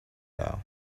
down